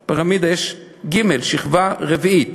יש פירמידה, יש ג', שכבה רביעית,